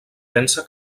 pensa